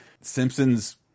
Simpsons